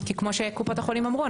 כמו שקופות החולים אמרו,